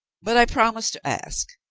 but i promised to ask.